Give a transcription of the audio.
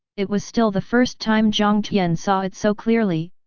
it was still the first time jiang tian saw it so clearly,